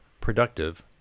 productive